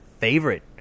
favorite